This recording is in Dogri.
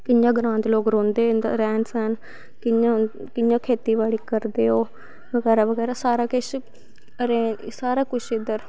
कियां ग्रांऽ दे लोग रौह्दे न रैह्न सैह्न कि'यां खेत्ती बाड़ी करदे ओह् बगैरा बगैरा सारा कुछ इध्दर